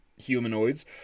humanoids